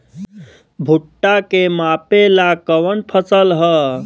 भूट्टा के मापे ला कवन फसल ह?